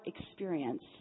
experience